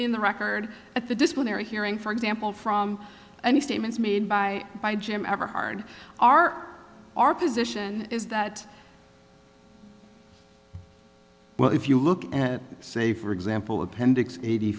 in the record at the disciplinary hearing for example from any statements made by by jim ever hard our our position is that well if you look at say for example